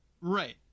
Right